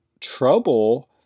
trouble